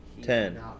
Ten